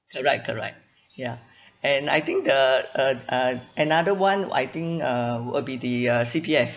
correct correct ya and I think the uh uh another [one] I think uh would be the uh C_P_F